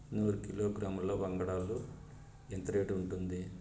నూరు కిలోగ్రాముల వంగడాలు ఎంత రేటు ఉంటుంది?